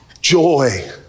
joy